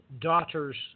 daughters